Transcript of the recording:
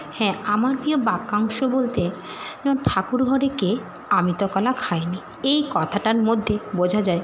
হ্যাঁ আমার প্রিয় বাক্যাংশ বলতে ঠাকুর ঘরে কে আমি তো কলা খাই নি এই কথাটার মধ্যে বোঝা যায়